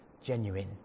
genuine